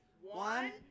One